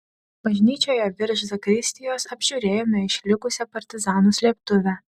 bažnyčioje virš zakristijos apžiūrėjome išlikusią partizanų slėptuvę